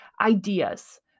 ideas